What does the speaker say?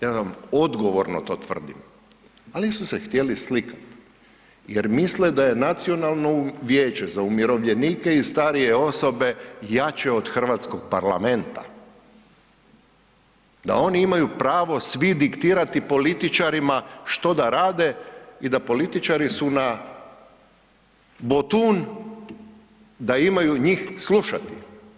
Ja vam odgovorno to tvrdim, ali nisu se htjeli slikat jer misle da je Nacionalno vijeće za umirovljenike i starije osobe jače od hrvatskog parlamenta, da oni imaju pravo svi diktirati političarima što da rade i da političari su na botun, da imaju njih slušati.